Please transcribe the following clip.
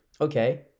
okay